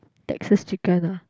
texas chicken ah